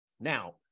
Now